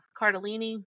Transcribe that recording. cardellini